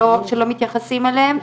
שלא מתייחסים אליהם.